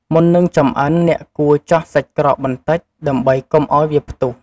មុននឹងចម្អិន អ្នកគួរ ចោះសាច់ក្រកបន្តិច ដើម្បីកុំឱ្យវាផ្ទុះ។